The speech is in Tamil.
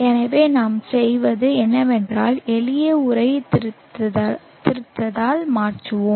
எனவே நாம் செய்வது என்னவென்றால் எளிய உரை திருத்தத்தால் மாற்றுவோம்